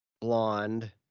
blonde